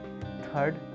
Third